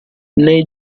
nei